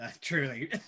truly